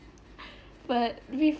but with